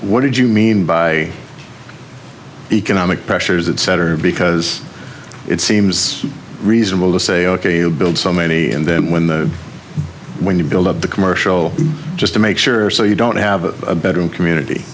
what did you mean by economic pressures and cetera because it seems reasonable to say ok you build so many and then when the when you build up the commercial just to make sure so you don't have a bedroom community